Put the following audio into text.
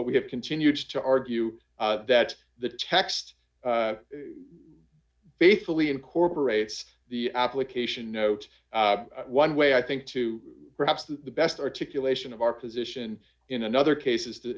but we have continued to argue that the text faithfully incorporates the application note one way i think to perhaps the best articulation of our position in another case is the